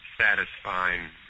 satisfying